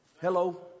Hello